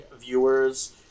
viewers